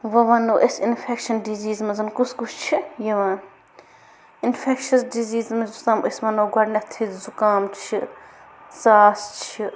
وۄنۍ وَنو أسۍ اِنفٮ۪کشَن ڈِیٖزز منٛز کُس کُس چھِ یِوان اِنفٮ۪کشَس ڈِزیٖز منٛز چھِ أسۍ وَنو گۄڈٕنٮ۪تھٕے زُکام چھِ ژاس چھِ